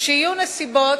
כשיהיו נסיבות,